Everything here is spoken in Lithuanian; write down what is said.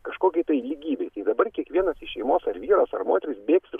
kažkokį tai lygybei tai dabar kiekvienas iš šeimos ar vyras ar moteris bėgs iš